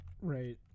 right